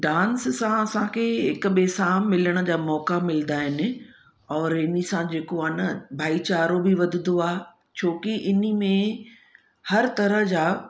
dance सां असांखे हिक ॿिए सां मिलण जा मौक़ा मिलंदा आहिनि और इन ई सां जेको आहे न भाई चारो बि वधंदो आहे छोकी इन ई में हर तरह जा